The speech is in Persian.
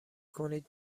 کنید